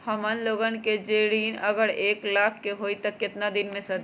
हमन लोगन के जे ऋन अगर एक लाख के होई त केतना दिन मे सधी?